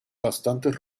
bastantes